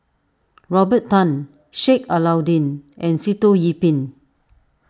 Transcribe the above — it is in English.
Robert Tan Sheik Alau'ddin and Sitoh Yih Pin